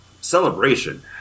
celebration